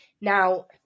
Now